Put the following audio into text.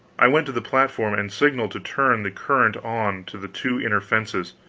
i went to the platform and signaled to turn the current on to the two inner fences.